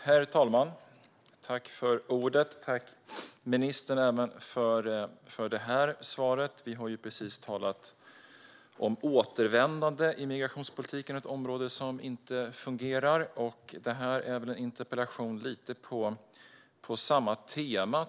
Herr talman! Tack även för det här svaret, ministern! Vi har ju precis talat om återvändande i migrationspolitiken, ett område som inte fungerar. Det här är tyvärr en interpellation lite på samma tema.